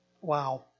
Wow